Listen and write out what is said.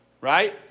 Right